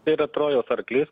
tai yra trojos arklys